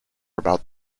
about